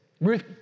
Ruth